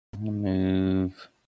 Move